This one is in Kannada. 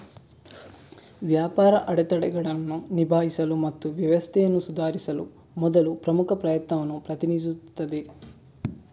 ವ್ಯಾಪಾರ ಅಡೆತಡೆಗಳನ್ನು ನಿಭಾಯಿಸಲು ಮತ್ತು ವ್ಯವಸ್ಥೆಯನ್ನು ಸುಧಾರಿಸಲು ಮೊದಲ ಪ್ರಮುಖ ಪ್ರಯತ್ನವನ್ನು ಪ್ರತಿನಿಧಿಸುತ್ತದೆ